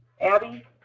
Abby